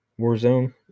Warzone